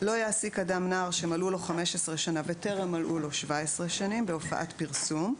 ולא יעסיק נער שמלאו לו 15 שנים וטרם מלאו לו 17 שנים בהופעת פרסום,